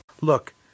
Look